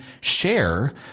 share